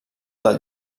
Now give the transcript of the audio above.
del